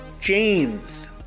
James